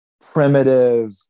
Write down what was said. primitive